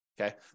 Okay